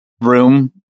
room